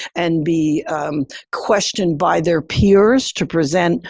and be questioned by their peers to present,